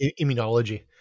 immunology